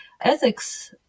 Ethics